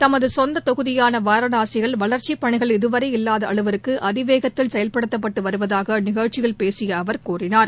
தமது சொந்த தொகுதியான வாரணாசியில் வளர்ச்சி பணிகள் இதுவரை இல்லாத அளவுக்கு அதிவேகத்தில் செயல்படுத்தப்பட்டு வருவதாக நிகழ்ச்சியில் பேசிய அவர் கூறினார்